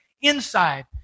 inside